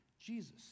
Jesus